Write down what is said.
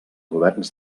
governs